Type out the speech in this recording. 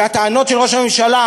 והטענות של ראש הממשלה